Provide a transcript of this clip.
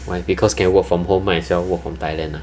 why because can work from home might as well work from thailand